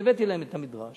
אז הבאתי להם את המדרש.